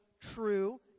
true